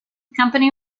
company